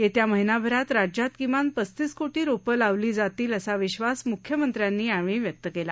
येत्या महिनाभरात राज्यात किमान पस्तीस कोटी रोपं लावली जातील असा विधास मुख्यमंत्र्यांनी यावेळी व्यक्त केला